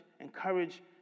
encourage